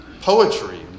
poetry